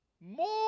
more